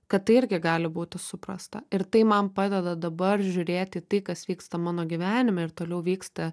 kad tai irgi gali būti suprasta ir tai man padeda dabar žiūrėti į tai kas vyksta mano gyvenime ir toliau vyksta